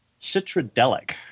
Citradelic